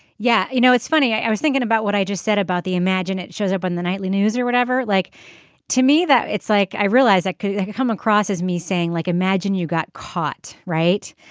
yeah. you know it's funny i was thinking about what i just said about the imagine it shows up on the nightly news or whatever. like to me that it's like i realize i could come across as me saying like imagine you got caught. right.